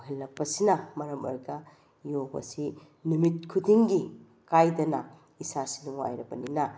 ꯑꯣꯏꯍꯜꯂꯛꯄꯁꯤꯅ ꯃꯔꯝ ꯑꯣꯏꯔꯒ ꯌꯣꯒꯁꯤ ꯅꯨꯃꯤꯠ ꯈꯨꯗꯤꯡꯒꯤ ꯀꯥꯏꯗꯅ ꯏꯁꯥꯁꯤ ꯅꯨꯡꯉꯥꯏꯔꯕꯅꯤꯅ